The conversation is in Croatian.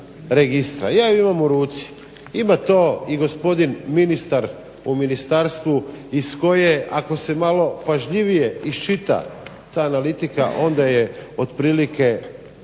Ja ju imam u ruci. Ima to i gospodin ministar u ministarstvu iz koje ako se malo pažljivije iščita ta analitika onda je otprilike